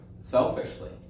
selfishly